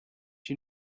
you